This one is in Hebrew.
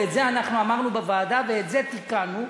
ואת זה אנחנו אמרנו בוועדה ואת זה תיקנו,